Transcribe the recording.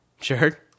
sure